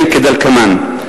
כדלקמן: